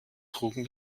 trugen